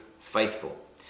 faithful